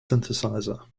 synthesizer